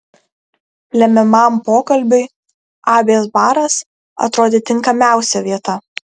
lemiamam pokalbiui abės baras atrodė tinkamiausia vieta